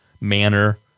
manner